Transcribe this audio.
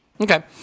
Okay